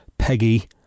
Peggy